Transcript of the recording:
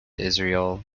israel